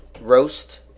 roast